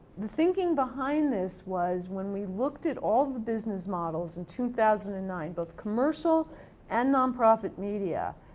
the thinking behind this was when we looked at all the business models in two thousand and nine both commercial and non-profit media